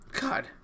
God